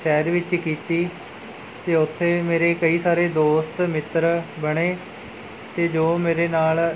ਸ਼ਹਿਰ ਵਿੱਚ ਕੀਤੀ ਅਤੇ ਉੱਥੇ ਮੇਰੇ ਕਈ ਸਾਰੇ ਦੋਸਤ ਮਿੱਤਰ ਬਣੇ ਅਤੇ ਜੋ ਮੇਰੇ ਨਾਲ਼